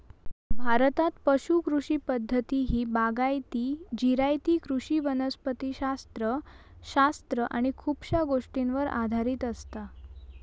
भारतात पुश कृषी पद्धती ही बागायती, जिरायती कृषी वनस्पति शास्त्र शास्त्र आणि खुपशा गोष्टींवर आधारित असता